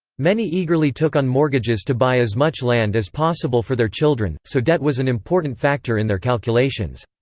many eagerly took on mortgages to buy as much land as possible for their children, so debt was an important factor in their calculations.